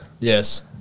Yes